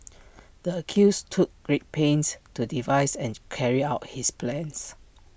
the accused took great pains to devise and to carry out his plan